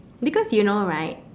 because you know right